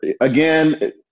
Again